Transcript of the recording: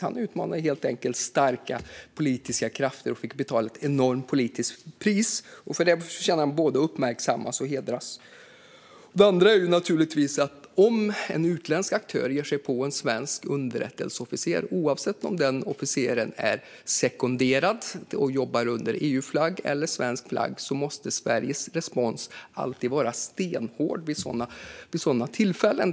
Han utmanande helt enkelt starka politiska krafter och fick betala ett enormt politiskt pris. För det förtjänar han att både uppmärksammas och hedras. Om en utländsk aktör ger sig på en svensk underrättelseofficer, oavsett om officeren är sekonderad och jobbar under EU-flagg eller jobbar under svensk flagg, måste Sveriges respons alltid vara stenhård vid sådana tillfällen.